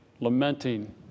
lamenting